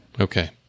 Okay